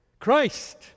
Christ